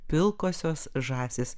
pilkosios žąsys